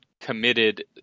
committed